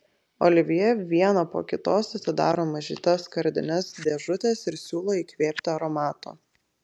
olivjė vieną po kitos atidaro mažytes skardines dėžutes ir siūlo įkvėpti aromato